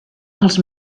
els